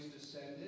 descended